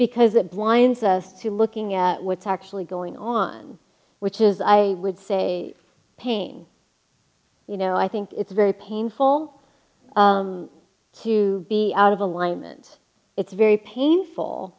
because it blinds us to looking at what's actually going on which is i would say pain you know i think it's very painful to be out of alignment it's very painful